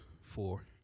four